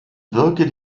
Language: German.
wirke